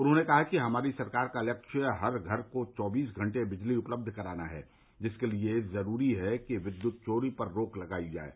उन्होंने कहा कि हमारी सरकार का लक्ष्य हर घर को चौबीस घंटे बिजली उपलब्ध कराना है जिसके लिए जरूरी है कि विद्युत चोरी पर रोक लगायी जाये